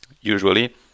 usually